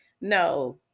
no